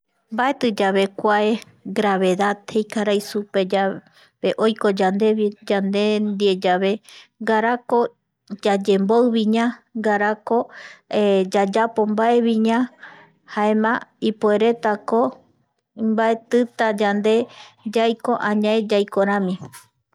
Mbaetiyave kua gravedad jei karai supeva oiko yandeve ndie yave ngaraako yayemboiviña ngaraako yayapo mbaeviña jaema ipueretako mbaetita yande yaiko añave yaikorami